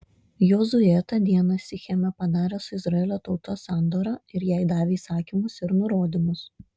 jozuė tą dieną sicheme padarė su izraelio tauta sandorą ir jai davė įsakymus ir nurodymus